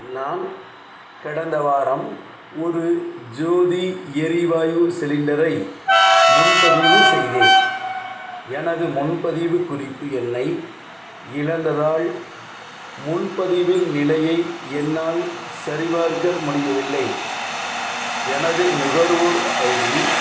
நான் கடந்த வாரம் ஒரு ஜோதி எரிவாயு சிலிண்டரை முன்பதிவு செய்தேன் எனது முன்பதிவு குறிப்பு எண்ணை இழந்ததால் முன்பதிவின் நிலையை என்னால் சரிபார்க்க முடியவில்லை எனது நுகர்வோர் ஐடி